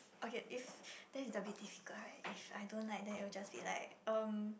okay it's then like a bit difficult right if I don't like then it'll just be like um